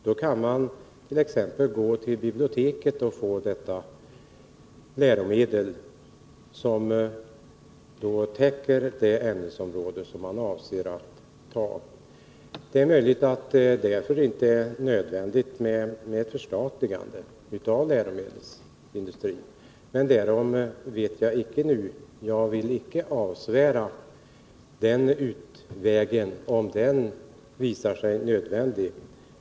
Man kan t.ex. gå till biblioteket för att få läromedlet, som då täcker det ifrågavarande ämnesområdet. Men det är möjligt att det inte är nödvändigt med ett förstatligande av läromedelsindustrin. Därom vet jag f. n. ingenting. Jag vill icke säga nej till den utvägen, om den visar sig nödvändig.